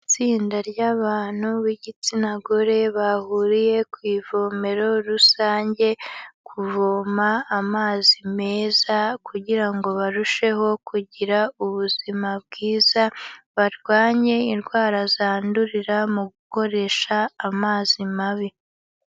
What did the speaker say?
Itsinda ry'abantu b'igitsina gore bahuriye ku ivomero rusange kuvoma amazi meza kugira ngo barusheho kugira ubuzima bwiza, barwanye indwara zandurira mu gukoresha amazi mabi.